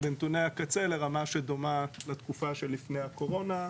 בנתוני הקצה, לרמה שדומה לתקופה שלפני הקורונה,